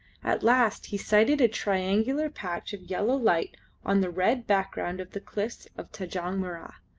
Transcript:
at last he sighted a triangular patch of yellow light on the red background of the cliffs of tanjong mirrah.